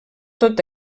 tot